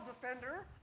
defender